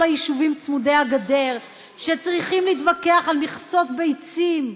כל היישובים צמודי-הגדר שצריכים להתווכח על מכסות ביצים,